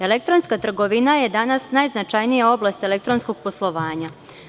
Elektronska trgovina je danas najznačajnija oblast elektronskog poslovanja.